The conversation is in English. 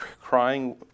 crying